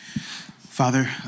Father